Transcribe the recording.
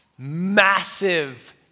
massive